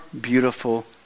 beautiful